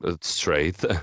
straight